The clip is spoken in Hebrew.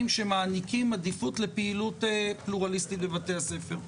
שמעניקים עדיפות לפעילות פלורליסטית בבתי הספר.